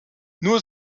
nur